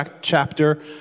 chapter